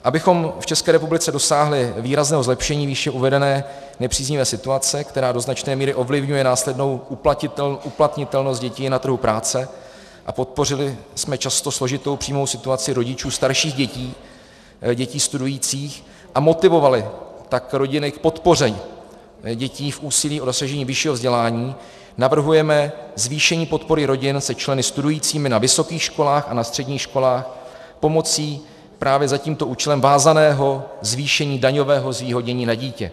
Abychom v České republice dosáhli výrazného zlepšení výše uvedené nepříznivé situace, která do značné míry ovlivňuje následnou uplatnitelnost dětí na trhu práce, a podpořili často složitou příjmovou situaci rodičů starších dětí, dětí studujících, a motivovali tak rodiny k podpoření dětí v úsilí o dosažení vyššího vzdělání, navrhujeme zvýšení podpory rodin se členy studujícími na vysokých školách a na středních školách pomocí právě za tímto účelem vázaného zvýšení daňového zvýhodnění na dítě.